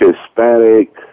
Hispanic